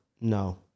no